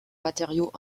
matériaux